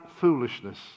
foolishness